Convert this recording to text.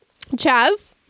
Chaz